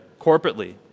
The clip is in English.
corporately